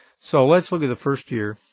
so let's look at the first year.